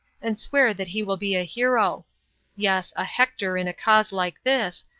and swear that he will be a hero yes, a hector in a cause like this,